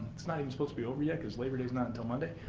it's not even supposed to be over yet cause labor day's not until monday.